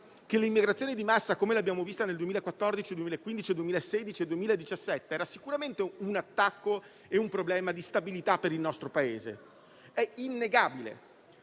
che l'immigrazione di massa, così come l'abbiamo vista nel 2014, 2015, 2016 e 2017, era sicuramente un attacco e un problema di stabilità per il nostro Paese; ripeto,